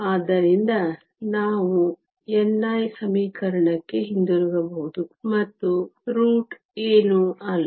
ಆದ್ದರಿಂದ ನಾವು ni ಸಮೀಕರಣಕ್ಕೆ ಹಿಂತಿರುಗಬಹುದು ಮತ್ತು √❑ ಏನೂ ಅಲ್ಲ